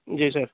جی سر